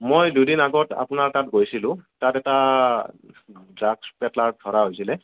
মই দুদিন আগত আপোনাৰ তাত গৈছিলোঁ তাত এটা ড্ৰাগছ পেডলাৰক ধৰা হৈছিলে